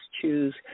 choose